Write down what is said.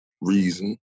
reason